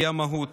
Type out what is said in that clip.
היא המהות.